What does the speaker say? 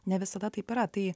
ne visada taip yra tai